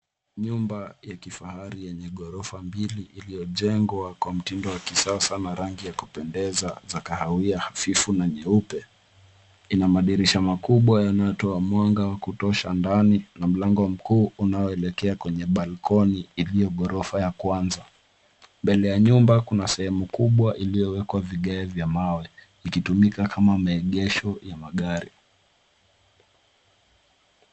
Nyuma ya kifahari yenye ghorofa mbili iliyojengwa kwa mtindo wa kisasa na rangi ya kupendeza za kahawia hahifu na nyeupe. Ina madirisha makubwa yanayotoa mwanga wa kutosha ndani na mlango mkuu unaoelekea kwenye balkoni iliyo ghorofa ya kwanza. Mbele ya nyumba kuna sehemu kubwa iliyowekwa vigae vya mawe ikitumika kama maegesho ya magari.